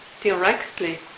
directly